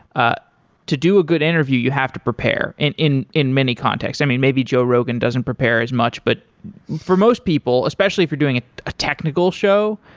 ah to do a good interview, you have to prepare and in in many context. i mean, maybe joe rogan doesn't prepare as much, but for most people, especially if you're doing ah a technical show,